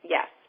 Yes